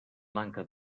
manca